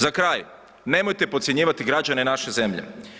Za kraj, nemojte podcjenjivati građane naše zemlje.